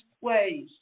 ways